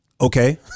okay